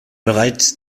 bereits